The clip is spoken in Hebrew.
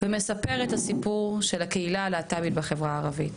ומספר את הסיפור של הקהילה הלהט״בית בחברה הערבית.